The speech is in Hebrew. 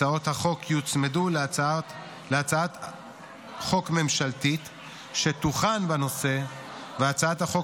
הצעות החוק יוצמדו להצעת חוק ממשלתית שתוכן בנושא והצעת החוק